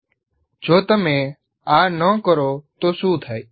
' જો તમે આ ન કરો તો શું થાય